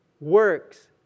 works